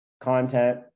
content